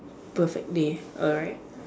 perfect day alright